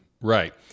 Right